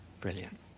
Brilliant